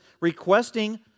requesting